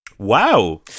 Wow